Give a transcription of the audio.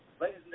Ladies